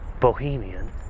bohemian